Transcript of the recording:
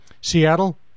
Seattle